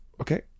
Okay